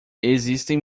existem